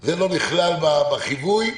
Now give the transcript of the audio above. זה לא נכלל בחיווי.